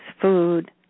food